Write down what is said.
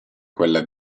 quella